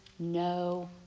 No